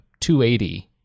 280